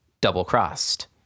double-crossed